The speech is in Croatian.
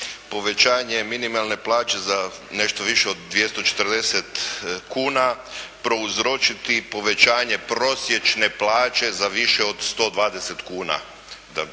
povećanje minimalne plaće za nešto više od 240 kuna prouzročiti i povećanje prosječne plaće za više od 120 kuna,